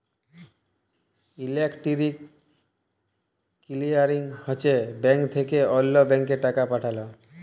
electronic clearing হছে bank থ্যাকে অল্য ব্যাংকে টাকা পাঠাল